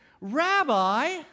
Rabbi